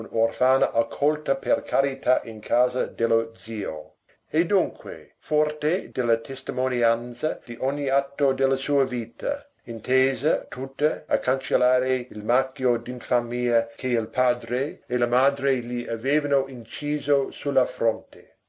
un'orfana accolta per carità in casa dello zio e dunque forte della testimonianza di ogni atto della sua vita intesa tutta a cancellare il marchio d'infamia che il padre e la madre gli avevano inciso su la fronte